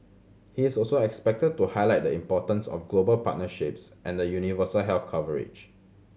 he is also expected to highlight the importance of global partnerships and universal health coverage